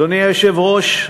אדוני היושב-ראש,